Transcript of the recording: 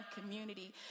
community